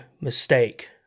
mistake